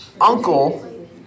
uncle